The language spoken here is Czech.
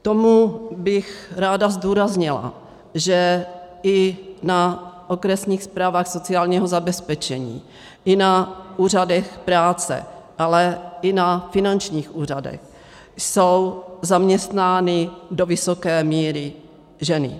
K tomu bych ráda zdůraznila, že i na okresních správách sociálního zabezpečení i na úřadech práce, ale i na finančních úřadech jsou zaměstnány do vysoké míry ženy.